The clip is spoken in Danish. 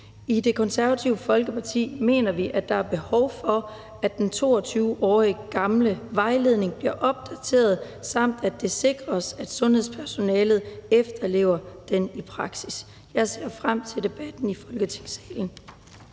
I Det Konservative Folkeparti mener vi, at der er behov for, at den 22 år gamle vejledning bliver opdateret, samt at det sikres, at sundhedspersonalet efterlever vejledningen i praksis. Jeg ser frem til debatten i Folketingssalen.